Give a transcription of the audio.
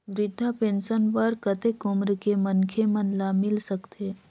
वृद्धा पेंशन बर कतेक उम्र के मनखे मन ल मिल सकथे?